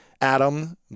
adam